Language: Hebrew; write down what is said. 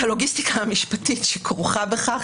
הלוגיסטיקה המשפטית שכרוכה בכך,